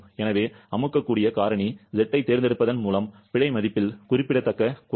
எனவே அமுக்கக்கூடிய காரணி Z ஐத் தேர்ந்தெடுப்பதன் மூலம் பிழை மதிப்பில் குறிப்பிடத்தக்க குறைப்பு